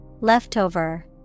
Leftover